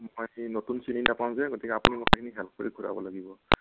বাকী নতুন চিনি নাপাওঁ যে গতিকে আপুনি গোটেইখিনি হেল্প কৰি ঘূৰাব লাগিব